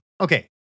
Okay